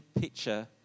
picture